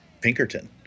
Pinkerton